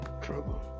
trouble